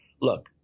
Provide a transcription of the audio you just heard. look